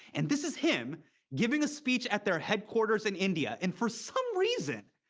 and this is him giving a speech at their headquarters in india. and for some reason,